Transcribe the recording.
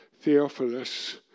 Theophilus